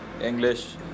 English